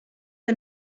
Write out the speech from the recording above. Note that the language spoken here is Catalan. que